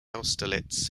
austerlitz